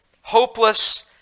hopeless